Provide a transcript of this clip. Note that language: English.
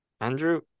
Andrew